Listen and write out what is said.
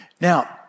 Now